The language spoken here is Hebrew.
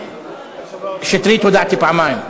שטרית, הודעתי פעמיים.